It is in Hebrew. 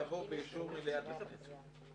יבוא "באישור מליאת הכנסת".